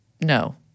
No